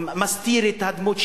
הכובע מסתיר את הדמות שלי.